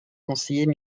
conseillers